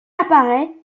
apparaît